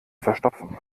verstopfen